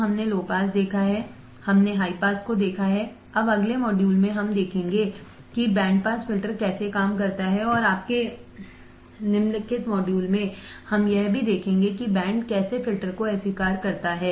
तो हमने low pass देखा है हमने हाई पास को देखा है अब अगले मॉड्यूल में हम देखेंगे कि बैंड पास फिल्टर कैसे काम करता है और आपके निम्नलिखित मॉड्यूल में हम यह भी देखेंगे कि बैंड कैसे फ़िल्टर को अस्वीकार करता है